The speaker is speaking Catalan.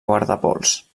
guardapols